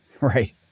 Right